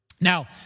Now